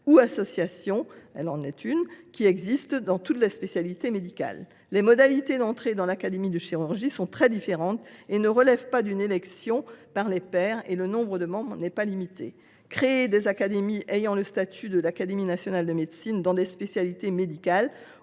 des associations – elle en est d’ailleurs une – qui existent dans toutes les spécialités médicales. Les modalités d’entrée dans l’Académie nationale de chirurgie sont très différentes et ne relèvent pas d’une élection par les pairs, tandis que le nombre de membres n’est pas limité. Créer des académies ayant le statut de l’Académie nationale de médecine dans plusieurs spécialités médicales